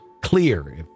clear